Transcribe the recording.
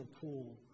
pool